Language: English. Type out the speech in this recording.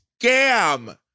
Scam